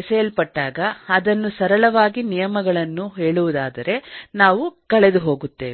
ಎಸೆಯಲ್ಪಟ್ಟಾಗ ಅದನ್ನು ಸರಳವಾಗಿ ನಿಯಮಗಳನ್ನು ಹೇಳುವುದಾದರೆ ನಾವು ಕಳೆದುಹೋಗುತ್ತೇವೆ